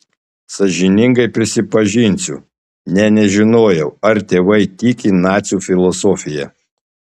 sąžiningai prisipažinsiu nė nežinojau ar tėvai tiki nacių filosofija